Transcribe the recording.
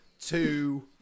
two